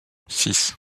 six